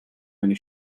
many